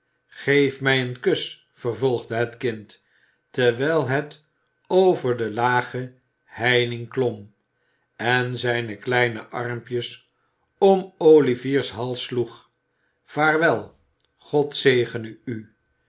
geef mij een kus vervolgde het kind terwijl het over de lage heining klom en zijne kleine armpjes om oliviers hals sloeg vaarwel god zegene u